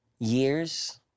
years